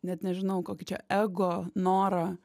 net nežinau kokį čia ego norą